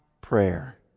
prayer